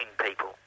people